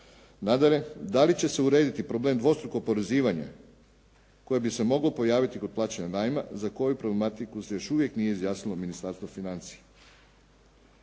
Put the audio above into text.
Nadalje, da li će se urediti problem dvostrukog oporezivanja koje bi se moglo pojaviti kod plaćanja najma, za koju problematiku se još uvijek nije izjasnilo Ministarstvo financija.